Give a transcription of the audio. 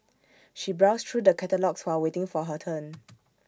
she browsed through the catalogues while waiting for her turn